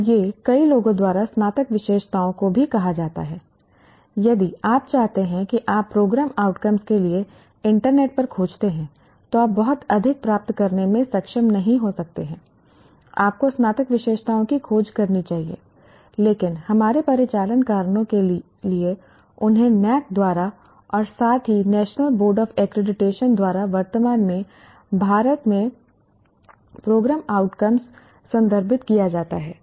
और ये कई लोगों द्वारा स्नातक विशेषताओं को भी कहा जाता है यदि आप चाहते हैं कि आप प्रोग्राम आउटकम्स के लिए इंटरनेट पर खोजते हैं तो आप बहुत अधिक प्राप्त करने में सक्षम नहीं हो सकते हैं आपको स्नातक विशेषताओं की खोज करनी चाहिए लेकिन हमारे परिचालन कारणों के लिए उन्हें NAAC द्वारा और साथ ही नेशनल बोर्ड ऑफ एक्रेडिटेशन द्वारा वर्तमान में भारत में प्रोग्राम आउटकम्स संदर्भित किया जाता है